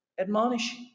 Admonish